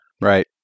Right